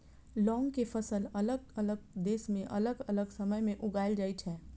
लौंग के फसल अलग अलग देश मे अलग अलग समय मे उगाएल जाइ छै